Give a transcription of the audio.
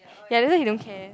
ya that why he don't care